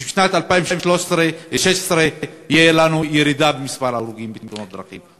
שבשנת 2016 תהיה לנו ירידה במספר ההרוגים בתאונות הדרכים.